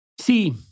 See